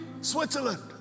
Switzerland